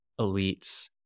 elites